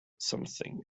something